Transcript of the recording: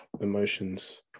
emotions